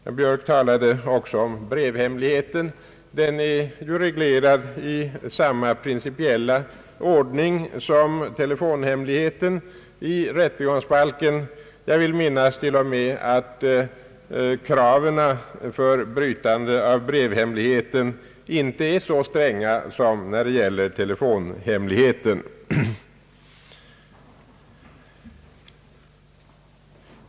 Herr Björk talade också om brevhemligheten, som i rättegångsbalken är reglerad principiellt sett i samma ordning som telefonhemligheten. Jag vill minnas att kraven för brytande av brevhemligheten till och med är mindre stränga än när det gäller telefonhemligheten.